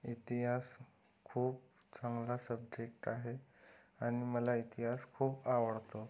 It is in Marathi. इतिहास खूप चांगला सब्जेक्ट आहे आणि मला इतिहास खूप आवडतो